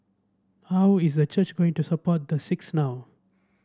how is the church going to support the six now